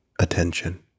attention